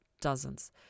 Dozens